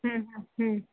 हम्म हम्म